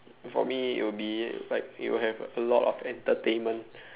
for me it will be like it will have a lot of entertainment